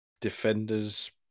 Defenders